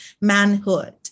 manhood